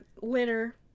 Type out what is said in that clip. winner